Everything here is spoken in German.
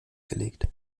gelegt